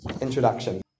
Introduction